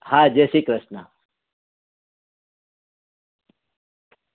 હા જયશ્રી કૃષ્ણ